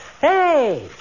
Hey